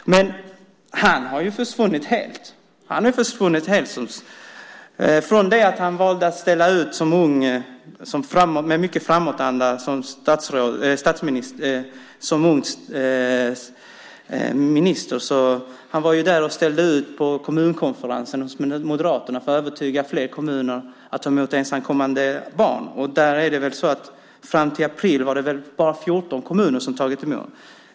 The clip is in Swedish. Men Tobias Billström har ju försvunnit helt. Han valde att som ung minister med mycket framåtanda ställa ut för Moderaterna på kommunkonferensen för att övertyga fler kommuner om att ta emot ensamkommande barn. Fram till april var det bara 14 kommuner som hade tagit emot några.